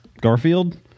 Garfield